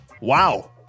wow